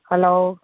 hello